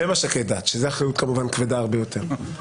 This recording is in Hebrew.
ומש"קי דת, וזאת אחריות כבדה הרבה יותר.